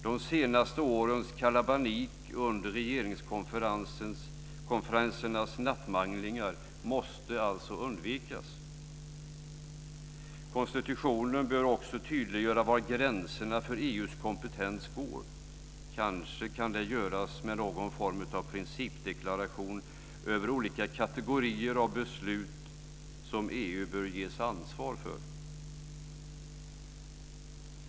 De senaste årens kalabalik under regeringskonferensernas nattmanglingar måste undvikas. Konstitutionen bör också tydliggöra var gränserna för EU:s kompetens går. Kanske kan det göras med någon form av principdeklaration över olika kategorier av beslut som EU bör ges ansvar för.